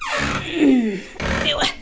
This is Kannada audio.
ಯವ್ವ